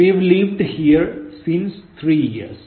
19 We've lived here since three years